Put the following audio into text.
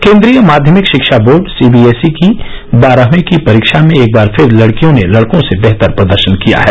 केन्द्रीय माध्यमिक शिक्षा बोर्ड सीबीएसई की बारहवीं की परीक्षा में एक बार फिर लड़कियों ने लड़कों से बेहतर प्रदर्शन किया है